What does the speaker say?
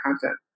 content